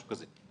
משהו כזה.